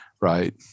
right